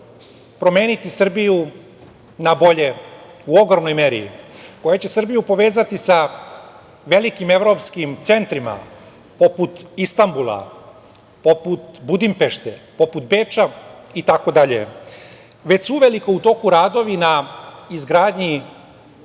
promeniti Srbiju nabolje u ogromnoj meri, koja će Srbiju povezati sa velikim evropskim centrima, poput Istanbula, poput Budimpešte, poput Beča itd. Već su uveliko u toku radovi na izgradnji